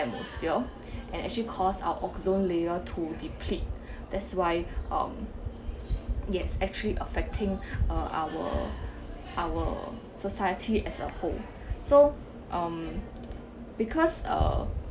atmosphere and actually cause our zone layer to deplete that's why um yes actually affecting (uh)our our society as a whole so um because uh